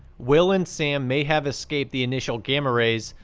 will and sam may have escaped the initial gamma rays,